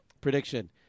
prediction